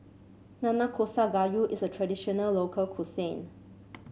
Nanakusa Gayu is a traditional local cuisine